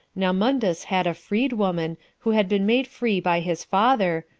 now mundus had a freed-woman, who had been made free by his father,